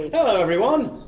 hello everyone!